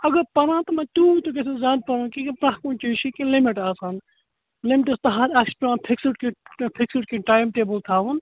اگر پَران تہِ مگر تیٛوٗت تہِ گَژھِ نہٕ زیادٕ پَرُن کیٚنٛہہ پرٛتھ کُنہِ چیٖزس چھِ کیٚنٛہہ لِمِٹ آسان لِمٹس تحت اتھ چھُ پیٚوان فِکسٕڈ کیٚنٛہہ فِکسٕڈ کیٚنٛہہ ٹایِم ٹیبٕل تھاوُن